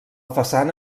façana